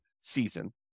season